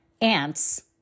Ants